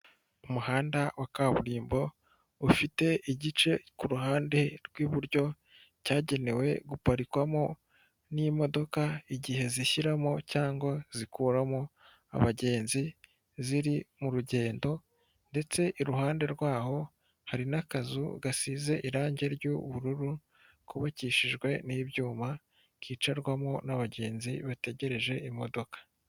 Umuhanda wa kaburimbo, ufite igice ku ruhande rw'iburyo cyagenewe guparikwamo n'imodoka igihe zishyiramo cyangwa zikuramo abagenzi, ziri mugendo ndetse iruhande rwaho hari n'akazu gasize irange ry'ubururu, kubakishijwe n'ibyuma, kicarwamo n'abagenzi bategereje imodoka.